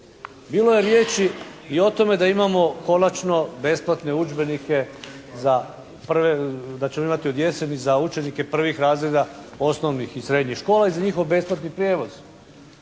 Bilo je riječi i o tome da imamo konačno besplatne udžbenike, da ćemo imati od jeseni za učenike prvih razreda osnovnih i srednjih škola i za njihov besplatni prijevoz.